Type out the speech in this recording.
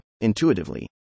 Intuitively